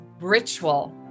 ritual